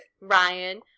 Ryan